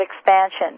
expansion